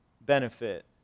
benefit